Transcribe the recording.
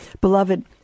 Beloved